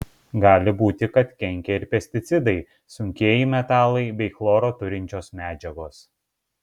gali būti kad kenkia ir pesticidai sunkieji metalai bei chloro turinčios medžiagos